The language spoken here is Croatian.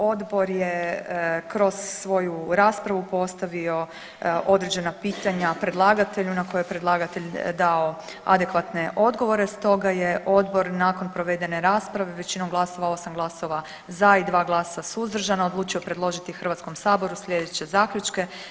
Odbor je kroz svoju raspravu postavi određena pitanja predlagatelju na koja je predlagatelj dao adekvatne odgovore stoga je odbor nakon provedene rasprave većinom glasova 8 glasova za i 2 glasa suzdržana odlučio predložiti Hrvatskom saboru slijedeće zaključke.